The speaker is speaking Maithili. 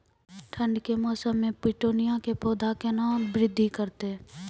ठंड के मौसम मे पिटूनिया के पौधा केना बृद्धि करतै?